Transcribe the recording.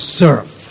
serve